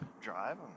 drive